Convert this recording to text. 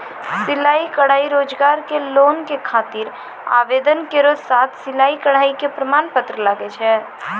सिलाई कढ़ाई रोजगार के लोन के खातिर आवेदन केरो साथ सिलाई कढ़ाई के प्रमाण पत्र लागै छै?